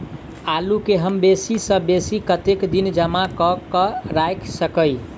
आलु केँ हम बेसी सऽ बेसी कतेक दिन जमा कऽ क राइख सकय